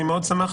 אני מאוד שמחתי.